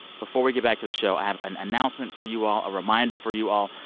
before we get back to the show, i have an announcement for you all, a reminder for you all.